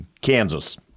Kansas